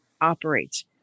operates